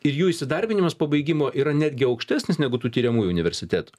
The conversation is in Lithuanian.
ir jų įsidarbinimas pabaigimo yra netgi aukštesnis negu tų tiriamųjų universitetų